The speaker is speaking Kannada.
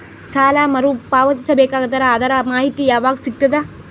ಸಾಲ ಮರು ಪಾವತಿಸಬೇಕಾದರ ಅದರ್ ಮಾಹಿತಿ ಯವಾಗ ಸಿಗತದ?